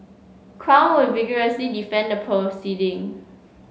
crown will vigorously defend the proceeding